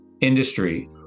industry